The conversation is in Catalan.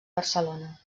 barcelona